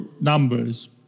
numbers